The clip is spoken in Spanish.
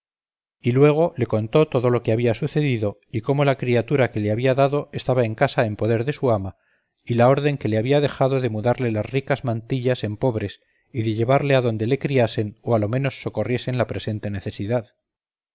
y luego le contó todo lo que le había sucedido y cómo la criatura que le habían dado estaba en casa en poder de su ama y la orden que le había dejado de mudarle las ricas mantillas en pobres y de llevarle adonde le criasen o a lo menos socorriesen la presente necesidad